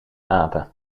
apen